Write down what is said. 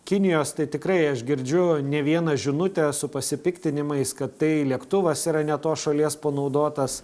kinijos tai tikrai aš girdžiu ne vieną žinutę su pasipiktinimais kad tai lėktuvas yra ne tos šalies panaudotas